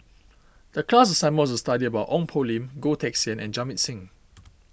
the class assignment was to study about Ong Poh Lim Goh Teck Sian and Jamit Singh